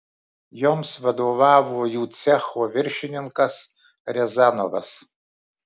joms vadovavo jų cecho viršininkas riazanovas